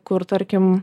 kur tarkim